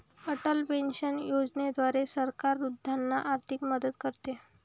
Atal pension योजनेद्वारे सरकार वृद्धांना आर्थिक मदत करते